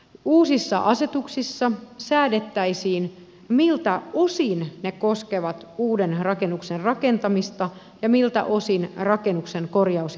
uusissa asetuksissa säädettäisiin miltä osin ne koskevat uuden rakennuksen rakentamista ja miltä osin rakennuksen korjaus ja muutostyötä